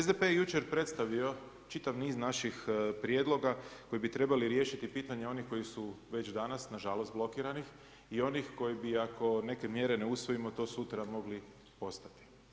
SDP je jučer predstavio čitav niz naših prijedloga koji bi trebali riješiti pitanja onih koji su već danas nažalost blokirani i onih koji bi ako neke mjere ne usvojimo to sutra mogli postati.